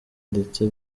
ndetse